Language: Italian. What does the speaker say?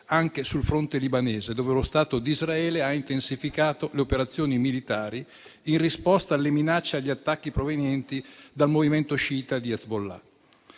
anche sul fronte libanese, dove lo Stato di Israele ha intensificato le operazioni militari in risposta alle minacce e agli attacchi provenienti dal movimento sciita di Hezbollah.